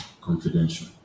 confidential